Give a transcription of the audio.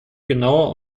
genauer